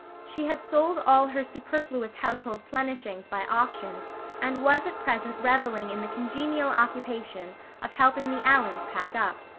she had sold all her superfluous household plenishings by auction and was at present reveling in the congenial occupation of helping the allans pack up.